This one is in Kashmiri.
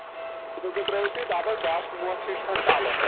تِتھَے پٲٹھۍ ترٲیِو تُہۍ ڈَبَس گاسہٕ مۄٹھ ہِش کھنٛڈ تَلہٕ